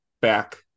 back